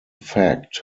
fact